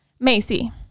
Macy